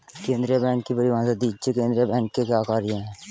केंद्रीय बैंक की परिभाषा दीजिए केंद्रीय बैंक के क्या कार्य हैं?